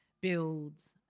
builds